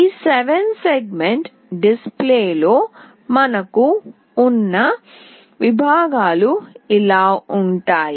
ఈ 7 segment display లో మనకు ఉన్న విభాగాలు ఇలా ఉంటాయి